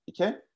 Okay